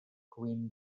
queen